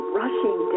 rushing